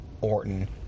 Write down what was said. Orton